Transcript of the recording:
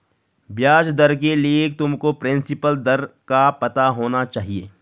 ब्याज दर के लिए तुमको प्रिंसिपल दर का पता होना चाहिए